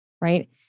right